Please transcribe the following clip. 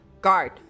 guard